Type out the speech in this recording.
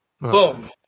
Boom